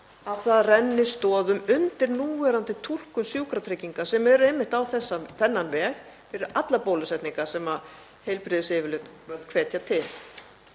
að það renni stoðum undir núverandi túlkun Sjúkratrygginga sem er einmitt á þennan veg; fyrir allar bólusetningar sem heilbrigðisyfirvöld hvetja til.